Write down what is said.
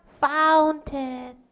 fountain